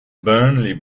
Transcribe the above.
burney